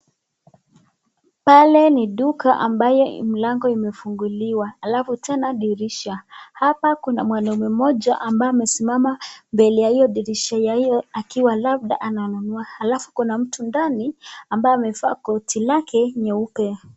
Pale ni duka ambayo mlango umefunguliwa alafu tena dirisha. Hapa kuna mwanaume mmoja ambaye amesimama mbele ya hiyo dirisha akiwa labda ananunua alafu kuna mtu ndani ambaye amevaa koti lake nyeupe.